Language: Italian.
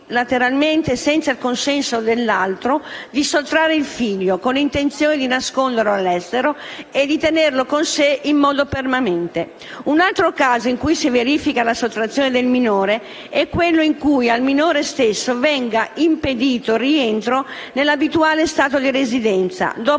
senza il consenso dell'altro, di sottrarre il figlio con l'intenzione di nasconderlo all'estero e di tenerlo con sé in modo permanente. Un altro caso in cui si verifica la sottrazione del minore è quello in cui al minore stesso venga impedito il rientro nell'abituale stato di residenza dopo un